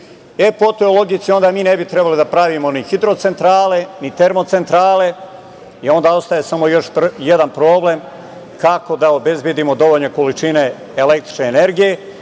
Po toj logici onda mi ne bi trebali da pravimo ni hidrocentrale, ni termocentrale i onda ostaje samo još jedan problem - kako da obezbedimo dovoljne količine električne energije?